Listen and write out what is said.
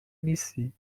نیستی